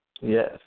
Yes